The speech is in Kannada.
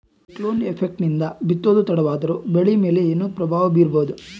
ಸೈಕ್ಲೋನ್ ಎಫೆಕ್ಟ್ ನಿಂದ ಬಿತ್ತೋದು ತಡವಾದರೂ ಬೆಳಿ ಮೇಲೆ ಏನು ಪ್ರಭಾವ ಬೀರಬಹುದು?